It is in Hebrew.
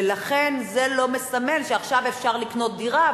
ולכן זה לא מסמן שעכשיו אפשר לקנות דירה,